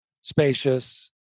spacious